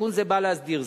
תיקון זה בא להסדיר זאת.